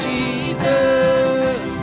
Jesus